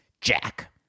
Jack